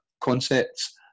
concepts